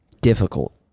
difficult